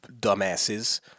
dumbasses